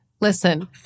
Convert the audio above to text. Listen